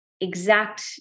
exact